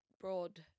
broad